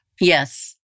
Yes